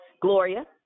Gloria